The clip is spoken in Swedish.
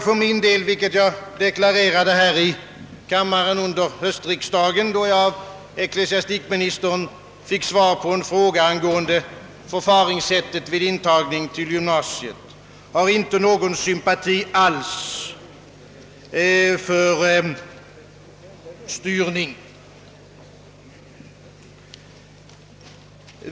För min del har jag — vilket jag deklarerade här i kammaren under höstriksdagen, då jag av ecklesiastikministern fick svar på en fråga angående förfaringssättet för intagning till gymnasium — inte någon sympati alls för styrning.